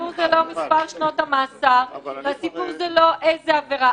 הסיפור זה לא מספר שנות המאסר ולא סוג העבירה,